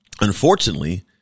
Unfortunately